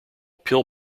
pill